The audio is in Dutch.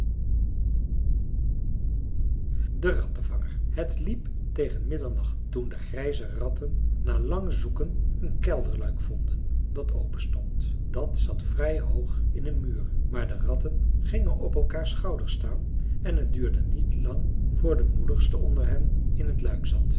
de rattenvanger het liep tegen middernacht toen de grijze ratten na lang zoeken een kelderluik vonden dat open stond dat zat vrij hoog in een muur maar de ratten gingen op elkaars schouders staan en het duurde niet lang voor de moedigste onder hen in het luik zat